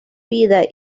vida